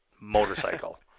motorcycle